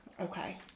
Okay